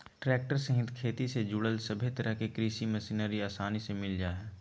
tractor सहित खेती से जुड़ल सभे तरह के कृषि मशीनरी आसानी से मिल जा हइ